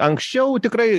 anksčiau tikrai